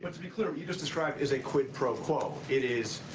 but to be clear, what you just described is a quid pro quo. it is,